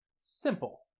Simple